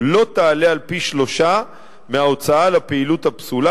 לא תעלה על פי-שלושה מההוצאה לפעילות הפסולה